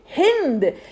Hind